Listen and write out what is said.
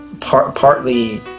partly